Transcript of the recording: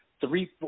three